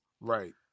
Right